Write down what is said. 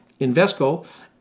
Invesco